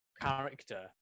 character